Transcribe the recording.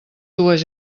dues